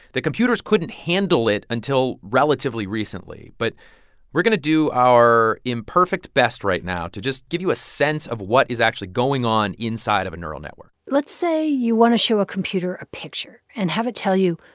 that computers couldn't handle it until relatively recently. but we're going to do our imperfect best right now to just give you a sense of what is actually going on inside of a neural network let's say you want to show a computer a picture and have it tell you,